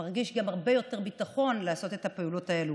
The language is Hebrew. מרגיש גם הרבה יותר ביטחון לעשות את הפעולות האלה.